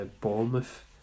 Bournemouth